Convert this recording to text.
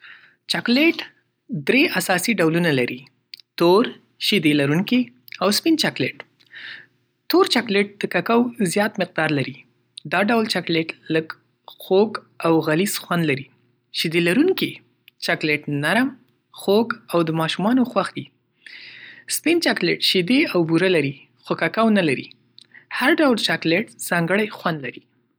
چاکلیټ درې اساسي ډولونه لري: تور، شیدې‌لرونکی، او سپین چاکلیټ. تور چاکلیټ د کوکوا زیات مقدار لري. دا ډول چاکلیټ لږ خوږ او غلیظ خوند لري. شیدې‌لرونکی چاکلیټ نرم، خوږ او د ماشومانو خوښ دی. سپین چاکلیټ شیدې او بوره لري، خو کوکوا نه لري. هر ډول چاکلیټ ځانګړی خوند لري.